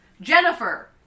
Jennifer